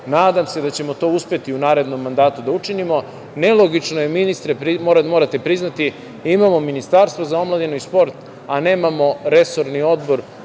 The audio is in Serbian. Nadam se da ćemo to uspeti u narednom mandatu da učinimo. Nelogično je, ministre, morate priznati, da imamo Ministarstvo za omladinu i sport, a nemamo resorni odbor